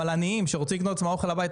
על עניים שרוצים לקנות לעצמם אוכל הבית,